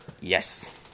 Yes